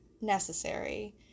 necessary